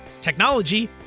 technology